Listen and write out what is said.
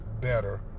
better